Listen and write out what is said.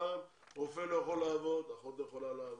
פעם רופא לא יכול לעבוד, אחות לא יכולה לעבוד,